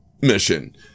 mission